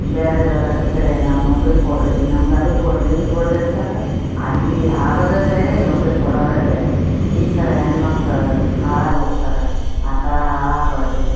ಬ್ಯಾರೆದರ ಕಡೆ ನಾವು ನೌಕರಿ ಕೊಡ್ರಿ ನಮ್ಗೆ ಅದು ಕೊಡ್ರಿ ಇದು ಕೊಡ್ರಿ ಅಂತಂದ್ರ ಅಲ್ಲಿ ಆಗೋದೆ ಬ್ಯಾರೆ ನೌಕರಿ ಕೊಡದೇ ಬ್ಯಾರೆ ಈ ಥರ ಹೆಣ್ಮಕ್ಳು ಹಾಳಾಗಿ ಹೋಗ್ತಾರೆ ಆ ಥರ ಹಾಳಾಗ್ಬ್ಯಾಡ್ರಿ